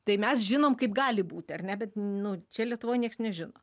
tai mes žinom kaip gali būti ar ne bet nu čia lietuvoj nieks nežino